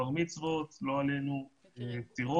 בר מצוות, לא עלינו פטירות.